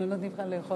אני אדבר גם על הנאום.